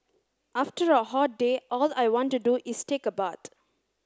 after a hot day all I want to do is take a bath